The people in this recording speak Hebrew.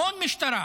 המון משטרה.